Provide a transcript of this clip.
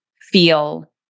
feel